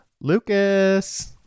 Lucas